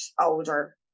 older